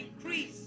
increase